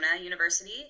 University